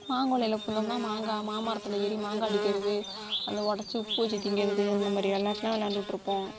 மாங்கொல்லையில் பூந்தோம்னால் மாங்காய் மாமரத்தில் ஏறி மாங்காய் அடிக்கிறது அதை உடச்சி உப்பு வச்சு தின்கிறது அந்த மாதிரி விளாட்டுலா விளாண்டுட்டு இருப்போம்